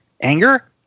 anger